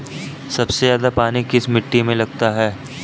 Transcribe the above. सबसे ज्यादा पानी किस मिट्टी में लगता है?